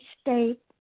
state